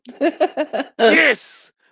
Yes